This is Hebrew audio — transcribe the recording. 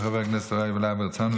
של חבר הכנסת יוראי להב הרצנו,